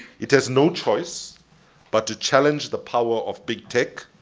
it has no choice but to challenge the power of big tech.